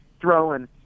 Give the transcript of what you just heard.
throwing